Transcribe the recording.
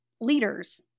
leaders